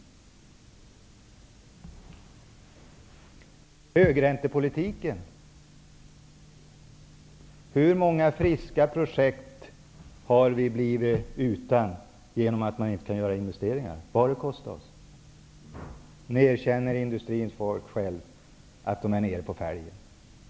I fråga om högräntepolitiken -- hur många friska projekt har inte blivit av genom att man inte kan göra investeringar? Vad har det kostat oss? Nu erkänner industrins folk själva att de är nere på fälgen.